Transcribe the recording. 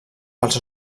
pels